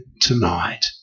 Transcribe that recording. tonight